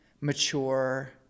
mature